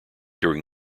during